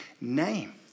name